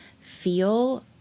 feel